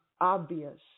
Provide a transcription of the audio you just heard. obvious